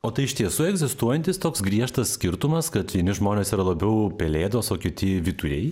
o tai iš tiesų egzistuojantis toks griežtas skirtumas kad vieni žmonės yra labiau pelėdos o kiti vyturiai